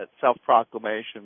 self-proclamation